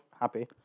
happy